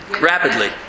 Rapidly